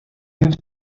have